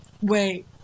Wait